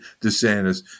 Desantis